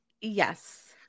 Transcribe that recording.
yes